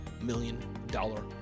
million-dollar